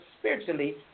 spiritually